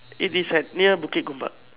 it is at near Bukit-Gombak